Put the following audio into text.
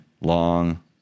Long